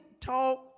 talk